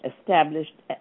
established